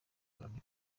loni